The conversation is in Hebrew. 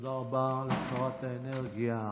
תודה רבה לשרת האנרגיה.